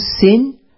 sin